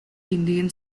indian